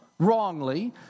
wrongly